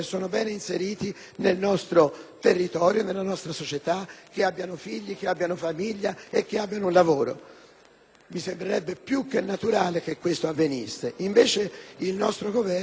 Mi sembrerebbe più che naturale che ciò avvenisse. Invece il nostro Governo propone il pugno duro contro la stragrande maggioranza dei nostri irregolari.